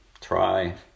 try